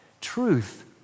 Truth